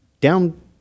Down